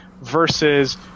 Versus